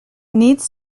needs